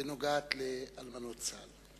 ונוגעת לאלמנות צה"ל: